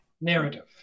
narrative